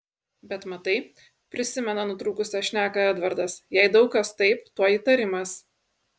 bet matai prisimena nutrūkusią šneką edvardas jei daug kas taip tuoj įtarimas